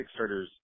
Kickstarters